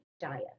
diet